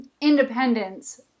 independence